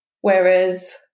Whereas